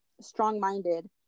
strong-minded